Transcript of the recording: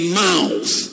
mouth